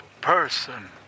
person